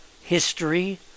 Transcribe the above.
history